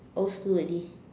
old school already